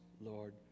Lord